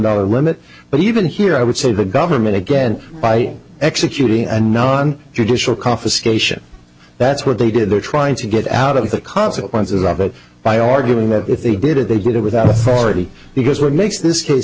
dollars limit but even here i would say the government again by executing a non traditional confiscation that's what they did they're trying to get out of the consequences of it by arguing that if they did it they did it without authority because what makes this case